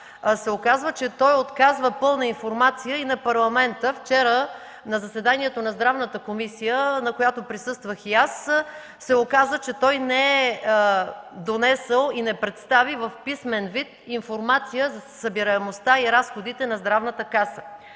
се оказва, че той отказва пълна информация и на Парламента. Вчера на заседанието на Здравната комисия, на което присъствах и аз, се оказа, че той не е донесъл и не представи в писмен вид информация за събираемостта и разходите на Здравната каса.